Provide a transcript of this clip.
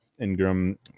ingram